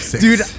Dude